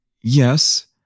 Yes